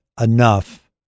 enough